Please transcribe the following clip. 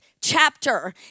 Chapter